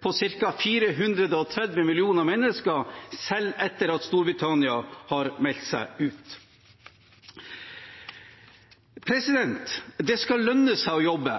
på ca. 430 millioner mennesker, selv etter at Storbritannia har meldt seg ut. Det skal lønne seg å jobbe.